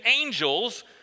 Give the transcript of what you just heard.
angels